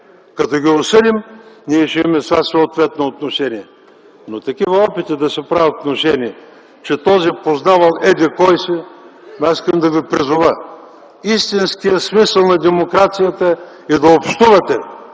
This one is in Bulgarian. Като ги осъдим, ние ще имаме с вас съответно отношение. Но такива опити да се правят внушения, че този познавал еди-кой си ... Аз искам да Ви призова: истинският смисъл на демокрацията е да общувате